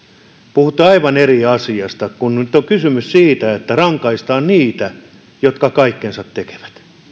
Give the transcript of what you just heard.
puhutte aivan eri asiasta kun nyt on kysymys siitä että rangaistaan niitä jotka kaikkensa tekevät